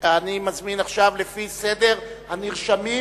אני מזמין עכשיו לפי סדר הנרשמים,